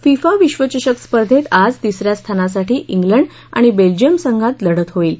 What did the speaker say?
FIFA विश्वचषक स्पर्धेत आज तिसऱ्या स्थानासाठी ॅलंड आणि बेल्जियम संघात लढत होईल